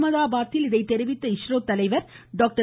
அகமதாபாத்தில் இதை தெரிவித்த இஸ்ரோ தலைவர் டாக்டர்